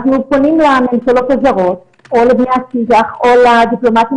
אנחנו פונים לממשלות הזרות או לבני השיח או לדיפלומטים